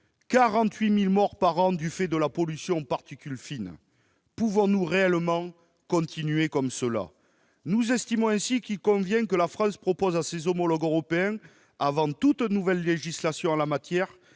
48 000 morts par an. Pouvons-nous réellement continuer comme cela ? Nous estimons donc qu'il convient que la France propose à ses homologues européens, avant toute nouvelle législation en la matière,